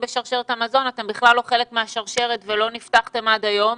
בשרשרת המזון אלא אתם בכלל לא חלק מהשרשרת לא נפתחתם עד היום,